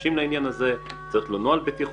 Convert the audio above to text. לעניין הזה צריך להיות לו נוהל בטיחות,